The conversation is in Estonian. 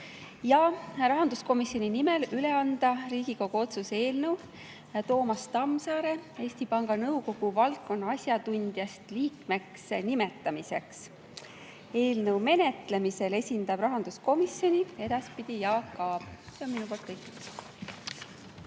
rahanduskomisjoni nimel üle anda Riigikogu otsuse eelnõu Toomas Tamsare Eesti Panga Nõukogu valdkonna asjatundjast liikmeks nimetamiseks. Eelnõu menetlemisel esindab rahanduskomisjoni edaspidi Jaak Aab. See on minu poolt kõik.